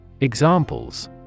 Examples